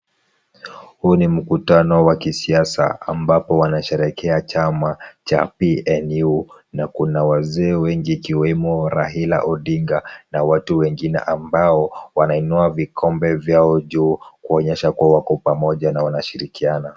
Huu ni mkutano wa kisiasa ambapo wanasherekea chama cha PNU na kuna wazee wengi ikiwemo Raila Odinga na watu wengine ambao, wanainua vikombe vyao juu kuonyesha kuwa wako pamoja na wanashirikiana.